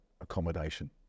accommodation